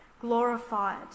glorified